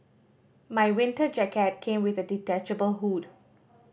my winter jacket came with a detachable hood